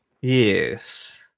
Yes